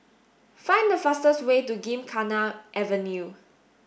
find the fastest way to Gymkhana Avenue